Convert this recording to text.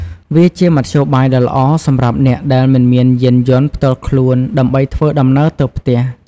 វាជាមធ្យោបាយដ៏ល្អសម្រាប់អ្នកដែលមិនមានយានយន្តផ្ទាល់ខ្លួន ដើម្បីធ្វើដំណើរទៅផ្ទះ។